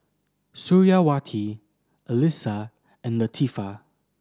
Suriawati Alyssa and Latifa